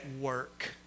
work